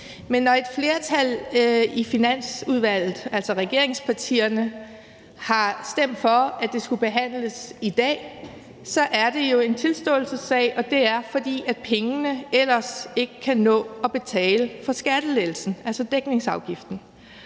Men når et flertal i Finansudvalget, altså regeringspartierne, har stemt for, at det skulle behandles i dag, så er det jo en tilståelsessag, og det er det, fordi pengene ellers ikke kan nå at betale for skattelettelsen, altså dækningsafgiften.